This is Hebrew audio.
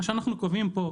מה שאנחנו קובעים פה,